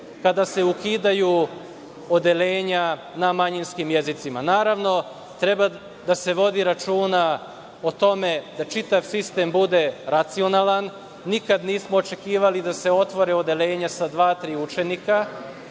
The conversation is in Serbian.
kada se ukidaju odeljenja na manjinskim jezicima. Naravno, treba da se vodi računa o tome da čitav sistem bude racionalan. Nikad nismo očekivali da se otvore odeljenja sa dva-tri učenika,